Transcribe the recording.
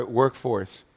workforce